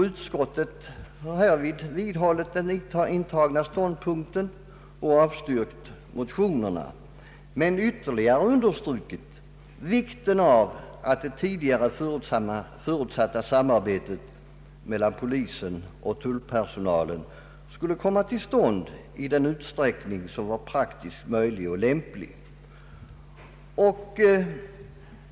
Utskottet vidhöll den intagna ståndpunkten och avstyrkte motionerna men underströk ånyo vikten av att det av riksdagen tidigare förutsatta samarbetet mellan polisen och tullpersonalen skulle komma till stånd i den utsträckning som var praktiskt möjlig och lämplig.